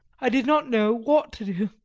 i did not know what to do,